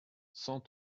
cent